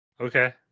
Okay